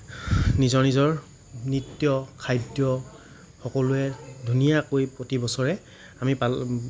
নিজৰ নিজৰ নৃত্য খাদ্য সকলোৱে ধুনীয়াকৈ প্ৰতিবছৰে আমি পাল